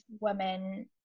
women